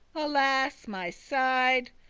alas my side!